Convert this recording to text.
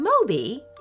Moby